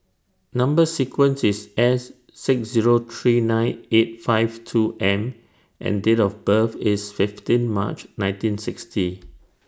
Number sequence IS S six Zero three nine eight five two M and Date of birth IS fifteen March nineteen sixty